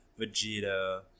Vegeta